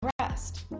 rest